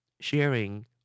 Sharing